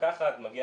ברגע שיהיה